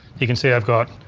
you can see i've got